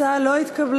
ההצעה לא התקבלה.